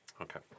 Okay